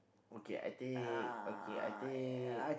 okay I take okay I take